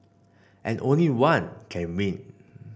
and only one can win